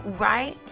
right